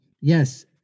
Yes